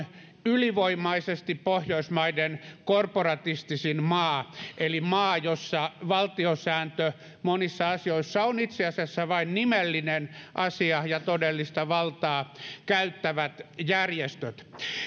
ylivoimaisesti pohjoismaiden korporatistisin maa eli maa jossa valtiosääntö monissa asioissa on itse asiassa vain nimellinen asia ja todellista valtaa käyttävät järjestöt